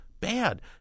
bad